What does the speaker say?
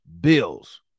bills